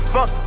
Fuck